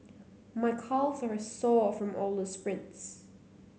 my calves are sore from all the sprints